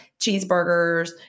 cheeseburgers